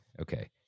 Okay